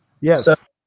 Yes